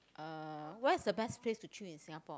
uh where's is the best place to chill in Singapore